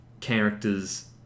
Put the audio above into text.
characters